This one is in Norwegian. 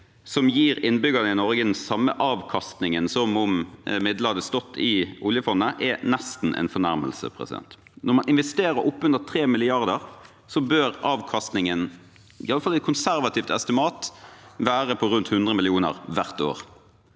som gir innbyggerne i Norge den samme avkastningen som om midlene hadde stått i oljefondet, er nesten en fornærmelse. Når man investerer oppunder 3 mrd. kr, bør avkastningen – i alle fall et konservativt estimat – være på rundt 100 mill. kr hvert år.